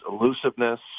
elusiveness